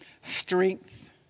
strength